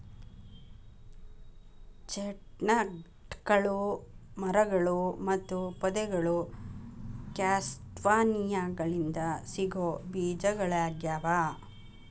ಚೆಸ್ಟ್ನಟ್ಗಳು ಮರಗಳು ಮತ್ತು ಪೊದೆಗಳು ಕ್ಯಾಸ್ಟಾನಿಯಾಗಳಿಂದ ಸಿಗೋ ಬೇಜಗಳಗ್ಯಾವ